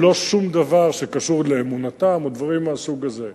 ולא על שום דבר שקשור לאמונתם או דברים מהסוג הזה.